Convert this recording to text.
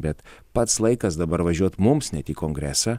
bet pats laikas dabar važiuot mums net į kongresą